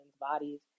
bodies